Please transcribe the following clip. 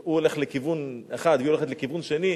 הוא הולך לכיוון אחד והיא הולכת לכיוון שני,